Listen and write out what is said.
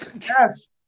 Yes